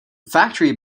factory